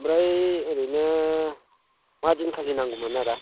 ओमफ्राय ओरैनो मा दिनखालि नांगौमोन आदा